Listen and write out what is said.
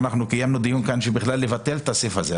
קיימנו כאן דיון על מנת לבטל את הסעיף הזה,